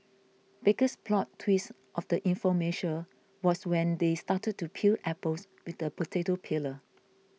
biggest plot twist of the infomercial was when they started to peel apples with the potato peeler